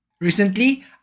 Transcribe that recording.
Recently